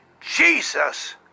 Jesus